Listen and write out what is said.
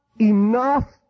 enough